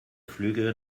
flüge